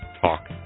talk